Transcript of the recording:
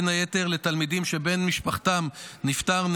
בין היתר לתלמידים שבן משפחתם נפטר,